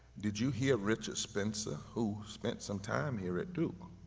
did you hear richard spencer who spent some time here at duke?